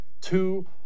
two